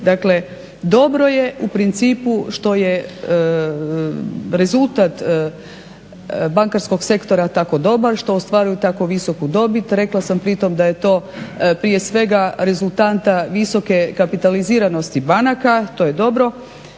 Dakle, dobro je u principu što je rezultat bankarskog sektora tako dobar, što ostvaruju tako visoku dobit. Rekla sam pri tom da je to prije svega rezultanta visoke kapitaliziranosti banaka, to je dobro